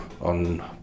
on